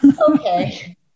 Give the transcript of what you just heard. Okay